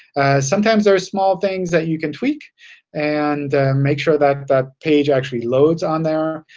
sometimes there are small things that you can tweak and make sure that that page actually loads on there.